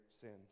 sins